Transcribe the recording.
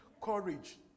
courage